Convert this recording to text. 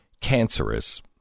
cancerous